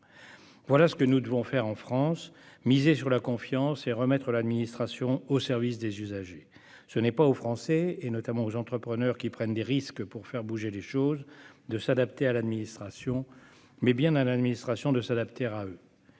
Voilà ce que nous devons faire en France : miser sur la confiance et remettre l'administration au service des usagers. C'est non pas aux Français, notamment aux entrepreneurs, qui prennent des risques pour faire bouger les choses, de s'adapter à l'administration, mais bien à l'administration de s'adapter à eux.